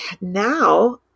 now